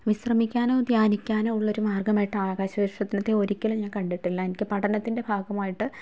വിശ്രമിക്കാനോ ധ്യാനിക്കാനോ ഉള്ള ഒരു മാര്ഗമായിട്ട് ആകാശ വിക്ഷേപണത്തിനെ ഒരിക്കലും ഞാന് കണ്ടിട്ടില്ല എനിക്ക് പഠനത്തിന്റെ ഭാഗമായിട്ട്